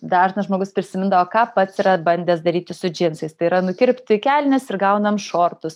dažnas žmogus prisimindavo ką pats yra bandęs daryti su džinsais tai yra nukirpti kelnes ir gaunam šortus